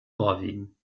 norwegen